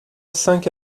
cinq